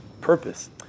purpose